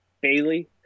Bailey